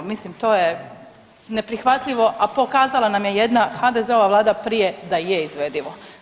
Mislim to je neprihvatljivo, a pokazala nam je jedna HDZ-ova vlada prije da je izvedivo.